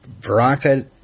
Veronica